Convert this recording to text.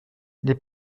les